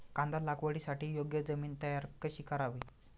कांदा लागवडीसाठी योग्य जमीन तयार कशी करावी?